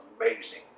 amazing